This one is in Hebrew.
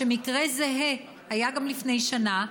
שמקרה זהה היה גם לפני שנה,